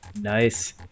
Nice